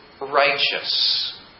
Righteous